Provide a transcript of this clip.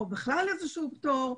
או בכלל איזשהו פטור,